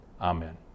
Amen